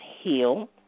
heal